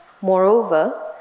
Moreover